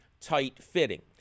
tight-fitting